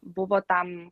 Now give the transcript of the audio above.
buvo tam